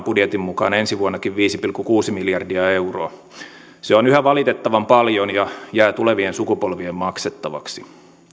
budjetin mukaan ensi vuonnakin viisi pilkku kuusi miljardia euroa se on yhä valitettavan paljon ja jää tulevien sukupolvien maksettavaksi